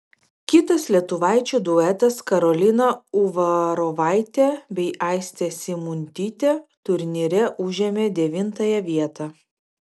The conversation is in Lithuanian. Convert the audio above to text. kitas lietuvaičių duetas karolina uvarovaitė bei aistė simuntytė turnyre užėmė devintąją vietą